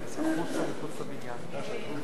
אדוני ראש הממשלה, רבותי השרים,